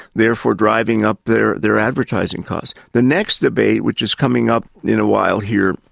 therefore driving up their their advertising costs. the next debate, which is coming up in a while here,